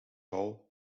hall